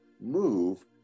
move